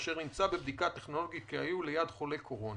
אשר נמצא בבדיקה הטכנולוגית כי היו ליד חולה קורונה.